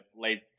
late